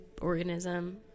organism